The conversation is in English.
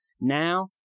now